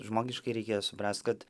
žmogiškai reikėjo subręst kad